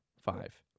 five